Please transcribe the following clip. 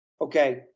Okay